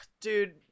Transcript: Dude